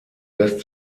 lässt